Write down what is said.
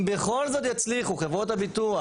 אם בכל זאת יצליחו חברות הביטוח,